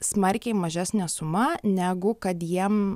smarkiai mažesnė suma negu kad jiem